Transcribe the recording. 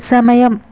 సమయం